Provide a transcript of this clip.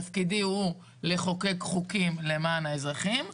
תפקידי הוא לחוקק חוקים למען האזרחים,